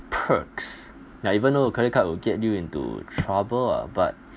perks ya even though a credit cards will get you into trouble ah but